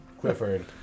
Clifford